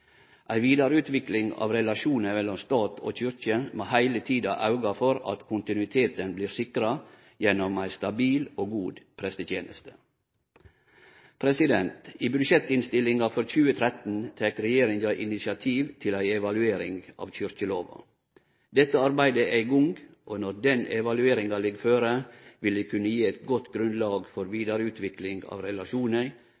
Ei vidareutvikling av relasjonen mellom stat og kyrkje må heile tida ha for auga at kontinuiteten vert sikra gjennom ei stabil og god presteteneste. I budsjettinnstillinga for 2013 tek regjeringa initiativ til ei evaluering av kyrkjelova. Dette arbeidet er i gang, og når den evalueringa ligg føre, vil det kunne gje eit godt grunnlag for